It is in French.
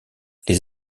les